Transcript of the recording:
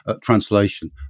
translation